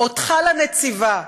אותך לנציבה.